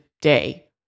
day